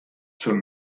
zur